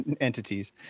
entities